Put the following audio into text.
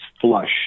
flush